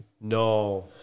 No